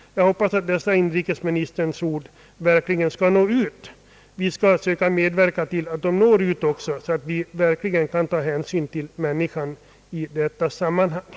Jag hoppas att dessa inrikesministerns ord verkligen skall nå ut. Vi skall försöka medverka till det och till att hänsyn verkligen tas till dessa människor.